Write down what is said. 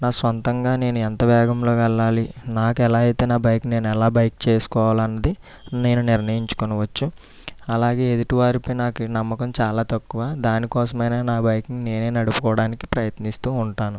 నా స్వంతంగా నేను ఎంత వేగంతో వెళ్ళాలి నాకెలా అయితే నా బైక్ నేను ఎలా బైక్ చేసుకోవాలన్నా నేను నిర్ణయించుకొనవచ్చు అలాగే ఎదుటి వారిపై నాకు నమ్మకం చాలా తక్కువ దానికోసమైన నేను నా బైక్ని నేనే నడుపుకోవడానికి ప్రయత్నిస్తూ ఉంటాను